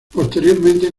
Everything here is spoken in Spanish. posteriormente